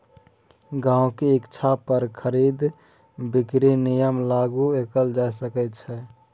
गहिंकीक इच्छा पर खरीद बिकरीक नियम लागू कएल जा सकैत छै